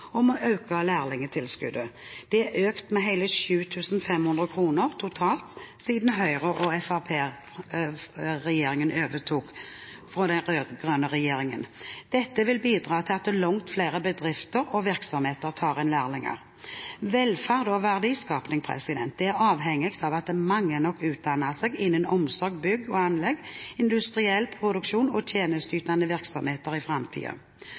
om å øke lærlingtilskuddet. Det er økt med hele 7 500 kr totalt siden Høyre–Fremskrittsparti-regjeringen overtok for den rød-grønne regjeringen. Dette vil bidra til at langt flere bedrifter og virksomheter tar inn lærlinger. Velferd og verdiskaping er avhengig av at mange nok utdanner seg innen omsorg, bygg og anlegg, industriell produksjon og tjenesteytende virksomheter i